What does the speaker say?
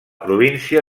província